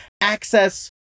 access